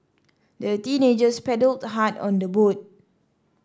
the teenagers paddled hard on their boat